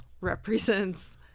represents